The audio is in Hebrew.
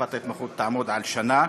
שתקופת ההתמחות תעמוד על שנה,